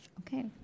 Okay